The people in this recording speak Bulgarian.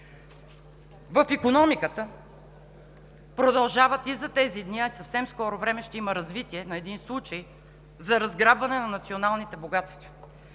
В икономиката продължава и за тези дни, а в съвсем скоро време ще има развитие на един случай за разграбване на националните богатства.